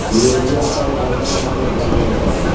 delivery आपका एक घंटे में आपके घर पे हो जायेगा